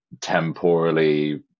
temporally